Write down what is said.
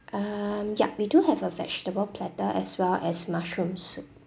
um ya we do have a vegetable platter as well as mushroom soup